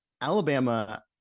Alabama